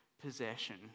possession